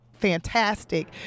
Fantastic